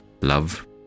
love